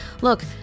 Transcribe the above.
Look